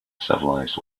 civilized